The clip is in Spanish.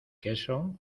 queso